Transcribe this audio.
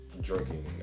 drinking